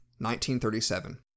1937